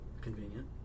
Convenient